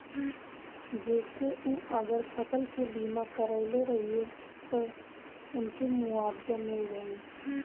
जेसे उ अगर फसल के बीमा करइले रहिये त उनके मुआवजा मिल जाइ